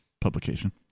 publication